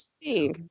see